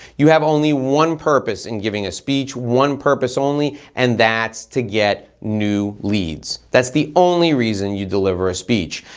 you have only one purpose in giving a speech. one purpose only, and that's to get new leads. that's the only reason you deliver a speech.